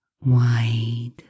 wide